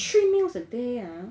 got three meals a day ah